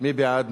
מי בעד?